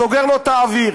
סוגר לו את האוויר,